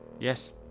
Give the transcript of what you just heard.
Yes